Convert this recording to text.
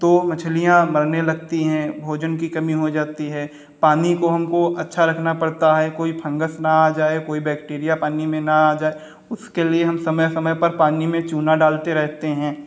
तो मछलियाँ मरने लगती हैं भोजन की कमी हो जाती है पानी को हमको अच्छा रखना पड़ता है कोई फंगस ना आ जाए कोई बैक्टीरिया पानी में ना आ जाए उसके लिए हम समय समय पर पानी में चूना डालते रहते हैं